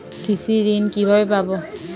কৃষি ঋন কিভাবে পাব?